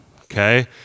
okay